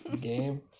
game